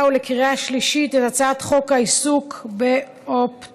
ולקריאה שלישית את הצעת חוק העיסוק באופטומטר,